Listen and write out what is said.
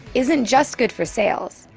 isn't just good for sales.